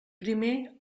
primer